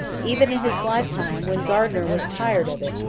even in his lifetime, when gardiner was tired of it.